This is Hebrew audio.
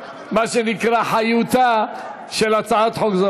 מה שנקרא, חיותה של הצעת החוק.